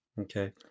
Okay